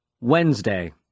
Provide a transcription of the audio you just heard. Wednesday